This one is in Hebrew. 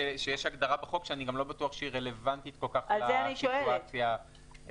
שיש הגדרה בחוק שאני גם לא בטוח שהיא גם רלוונטית כל כך לסיטואציה היום.